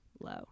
low